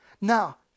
Now